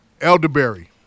elderberry